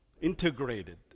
integrated